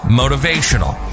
motivational